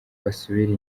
basubira